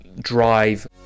Drive